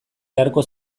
beharko